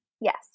Yes